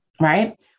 right